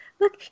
look